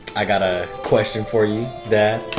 i got a question for you that